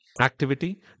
activity